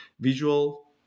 visual